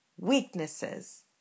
weaknesses